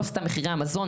לא סתם מחירי המזון,